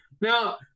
Now